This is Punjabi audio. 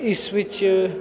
ਇਸ ਵਿੱਚ